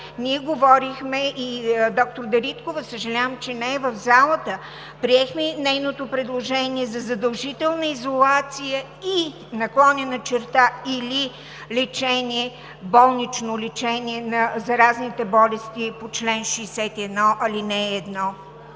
ние говорихме и доктор Дариткова, съжалявам, че не е в залата, приехме нейното предложение за задължителна изолация и/или болнично лечение на заразните болести по чл. 61, ал. 1.